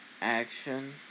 action